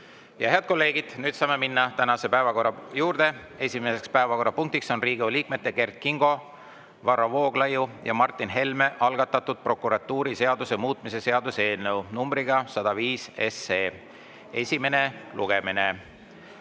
Head kolleegid, nüüd saame minna tänase päevakorra juurde. Esimeseks päevakorrapunktiks on Riigikogu liikmete Kert Kingo, Varro Vooglaiu ja Martin Helme algatatud prokuratuuriseaduse muutmise seaduse eelnõu, numbriga 105, esimene lugemine.